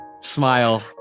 Smile